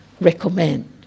recommend